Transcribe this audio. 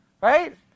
right